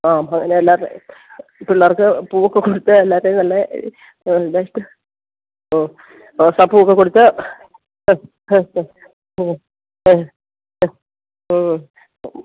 ആ അപ്പോള് അങ്ങനെ എല്ലാം പിള്ളേർക്ക് പൂവൊക്കെ കൊടുത്ത് എല്ലാത്തിലും നല്ല മ്മ് റോസാപ്പൂവൊക്ക കൊടുത്ത് മ്മ് മ്മ്മ്മ് മ്മ് മ്മ് മ്മ് മ്മ്മ്മ്